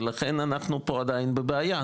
ולכן אנחנו עדיין בבעיה.